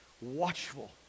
watchful